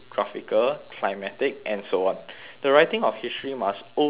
climatic and so on the writing of history must always set out